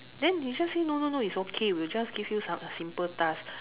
then they just say no no no it's okay we'll just give you some simple task